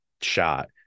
shot